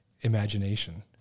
imagination